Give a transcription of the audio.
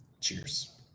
cheers